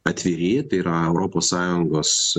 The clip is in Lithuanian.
atviri tai yra europos sąjungos